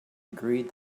agreed